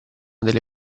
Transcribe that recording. delle